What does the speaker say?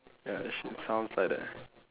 ya she sounds like that